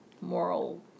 moral